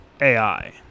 AI